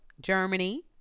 Germany